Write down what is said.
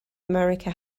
america